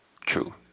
True